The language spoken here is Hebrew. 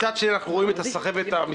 מצד שני אנחנו רואים את הסחבת המתמשכת.